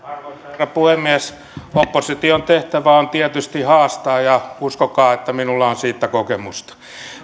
herra puhemies opposition tehtävä on tietysti haastaa ja uskokaa että minulla on siitä kokemusta